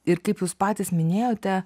ir kaip jūs patys minėjote